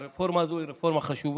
והרפורמה הזאת היא רפורמה חשובה,